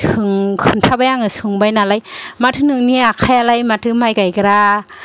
सों खोनथाबाय आङो सोंबाय नालाय माथो नोंनि आखायालाय माथो माइ गायग्रा